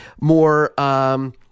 more